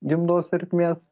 gimdos ertmės